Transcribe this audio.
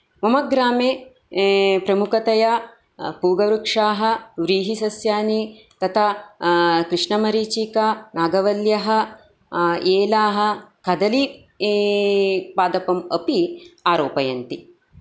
मम ग्रामे प्रमुखतया पूगवृक्षाः व्रीहिसस्यानि तथा कृष्णमरीचिका नागवल्यः एलाः कदली पादपम् अपि आरोपयन्ति